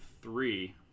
three